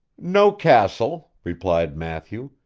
no castle replied matthew,